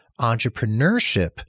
entrepreneurship